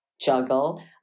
juggle